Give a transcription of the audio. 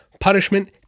Punishment